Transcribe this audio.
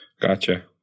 Gotcha